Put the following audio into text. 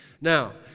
Now